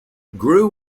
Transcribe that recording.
grew